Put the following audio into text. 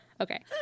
Okay